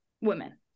women